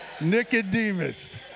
Nicodemus